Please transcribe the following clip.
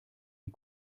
die